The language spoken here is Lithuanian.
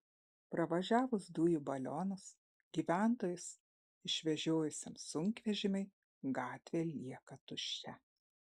pravažiavus dujų balionus gyventojus išvežiojusiam sunkvežimiui gatvė lieka tuščia